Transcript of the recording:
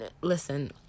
listen